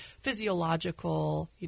physiological